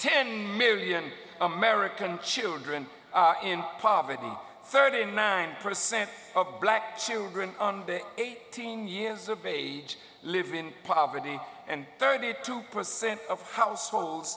ten million american children in poverty thirty nine percent of black children under eighteen years of age live in poverty and thirty two percent of household